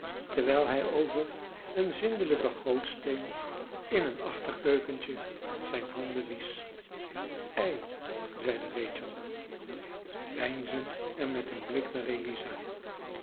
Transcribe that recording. terwijl hij over een zindelijken gootsteen in een achterkeukentje zijn handen wiesch ei zeide rachel peinzend en met een blik naar eliza